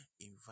Invite